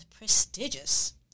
prestigious